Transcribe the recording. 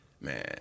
man